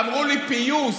אמרו לי: פיוס.